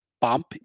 bump